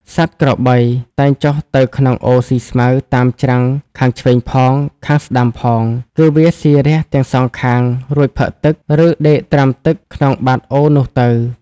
សត្វក្របី តែងចុះទៅក្នុងអូរស៊ីស្មៅតាមច្រាំងខាងឆ្វេងផង ខាងស្ដាំផង គឺវាស៊ីរះទាំងសងខាង រួចផឹកទឹក ឬដេកត្រាំទឹកក្នុងបាតអូរនោះទៅ ។